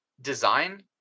design